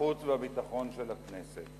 החוץ והביטחון של הכנסת.